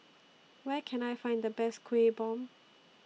Where Can I Find The Best Kueh Bom